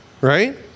Right